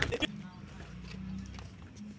कृषि चक्र से जैविक खाद मे भी बृद्धि हो रहलो छै